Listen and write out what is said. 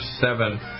seven